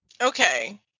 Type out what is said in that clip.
Okay